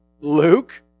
Luke